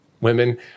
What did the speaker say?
women